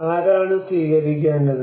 ആരാണ് സ്വീകരിക്കേണ്ടത്